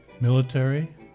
military